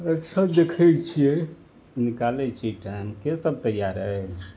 अच्छा देखय छियै निकालय छियै टाइमके सब तैयार अइ